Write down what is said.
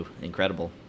incredible